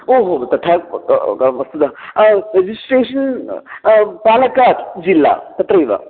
ओहो हो तथा वस्तुतः रेजिस्ट्रेशन् पालकाड् जिल्ला तत्रैव